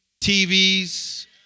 TVs